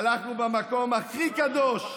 הלכנו במקום הכי קדוש,